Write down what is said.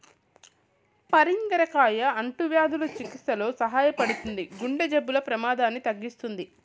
పరింగర కాయ అంటువ్యాధుల చికిత్సలో సహాయపడుతుంది, గుండె జబ్బుల ప్రమాదాన్ని తగ్గిస్తుంది